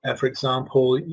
and for example,